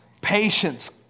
patience